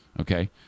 okay